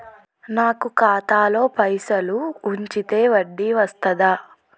నాకు ఖాతాలో పైసలు ఉంచితే వడ్డీ వస్తదా?